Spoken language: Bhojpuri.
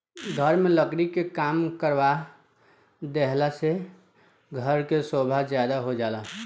घर में लकड़ी के काम करवा देहला से घर के सोभा ज्यादे हो जाला